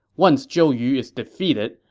once zhou yu is defeated,